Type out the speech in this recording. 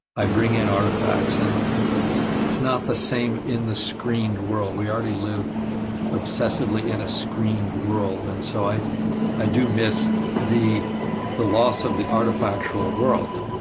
i bring in artifacts, and and it's not the same in the screened world. we already live obsessively in a screened world, and so i i do miss the the loss of the artifactual world.